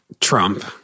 Trump